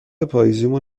پاییزیمون